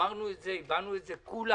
אמרנו את זה, הבענו את זה כולנו.